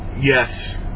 Yes